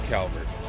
Calvert